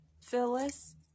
Phyllis